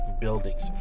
buildings